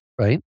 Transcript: right